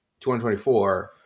2024